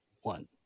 one